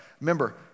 Remember